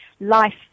life